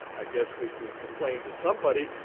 i guess we can complain to somebody,